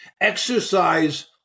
exercise